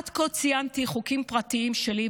עד כה ציינתי חוקים פרטיים שלי,